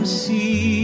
see